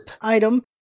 item